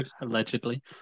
allegedly